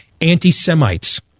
anti-Semites